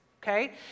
Okay